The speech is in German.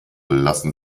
lassen